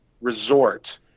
resort